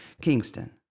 Kingston